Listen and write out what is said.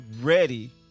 ready